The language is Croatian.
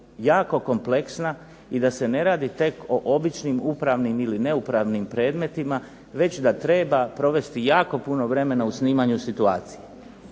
jako kompleksna, i da se ne radi tek o običnim upravnim ili neupravnim predmetima, već da treba provesti jako puno vremena u snimanju situacije.